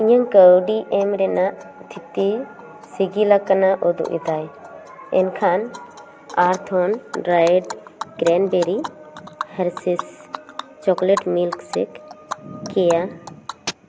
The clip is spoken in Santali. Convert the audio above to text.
ᱤᱧ ᱠᱟᱹᱣᱰᱤ ᱮᱢ ᱨᱮᱱᱟᱜ ᱛᱷᱤᱛᱤ ᱥᱤᱜᱤᱞᱟᱠᱟᱱᱟ ᱩᱫᱩᱜ ᱮᱫᱟᱭ ᱮᱱᱠᱷᱟᱱ ᱟᱨᱛᱷᱩᱱ dried cranberry Hershey's chocolate milk shake ᱠᱮᱭᱟ